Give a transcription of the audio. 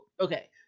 Okay